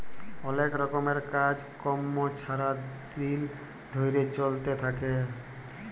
অলেক রকমের কাজ কম্ম ছারা দিল ধ্যইরে চইলতে থ্যাকে